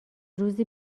روزی